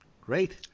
Great